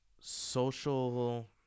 social